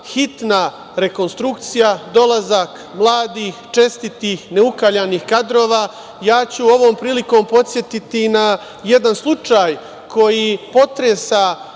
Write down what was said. hitna rekonstrukcija, dolazak mladih, čestitih, neukaljanih kadrova. Ovom prilikom ću podsetiti na jedna slučaj koji potresa